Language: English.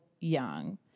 young